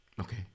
Okay